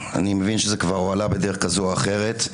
אני מבין שזה כבר הועלה בדרך כזאת או אחרת.